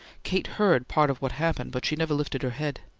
kate heard part of what happened, but she never lifted her head.